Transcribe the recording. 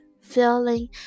feeling